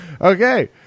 Okay